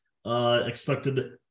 Expected